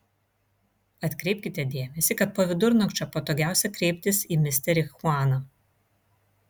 atkreipkite dėmesį kad po vidurnakčio patogiausia kreiptis į misterį chuaną